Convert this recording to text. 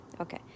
Okay